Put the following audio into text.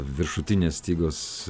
viršutinės stygos